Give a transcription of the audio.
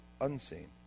unseen